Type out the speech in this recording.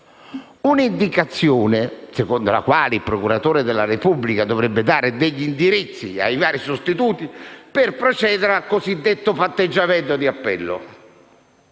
un'indicazione secondo la quale il procuratore della Repubblica dovrebbe dare degli indirizzi ai vari sostituti per procedere al cosiddetto patteggiamento di appello.